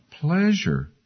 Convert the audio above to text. pleasure